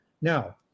now